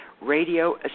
radio